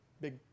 big